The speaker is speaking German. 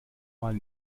mal